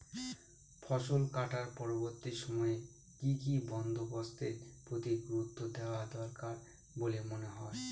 ফসলকাটার পরবর্তী সময়ে কি কি বন্দোবস্তের প্রতি গুরুত্ব দেওয়া দরকার বলে মনে হয়?